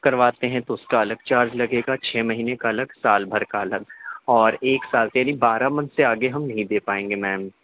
کرواتے ہیں تو اُس کا الگ چارج لگے گا چھ مہینے کا الگ سال بھر کا الگ اور ایک سال سے بھی بارہ منتھ سے آگے ہم نہیں دے پائیں گے میم